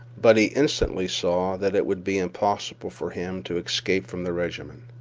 but he instantly saw that it would be impossible for him to escape from the regiment.